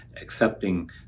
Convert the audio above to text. accepting